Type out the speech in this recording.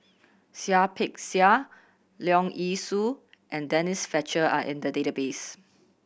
Seah Peck Seah Leong Yee Soo and Denise Fletcher are in the database